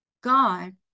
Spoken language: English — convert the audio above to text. God